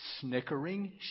snickering